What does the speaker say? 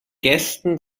gästen